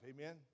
Amen